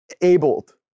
abled